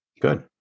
Good